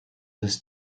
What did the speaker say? des